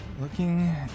Looking